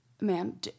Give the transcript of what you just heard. ma'am